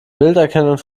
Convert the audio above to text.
bilderkennung